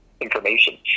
information